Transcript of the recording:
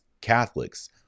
Catholics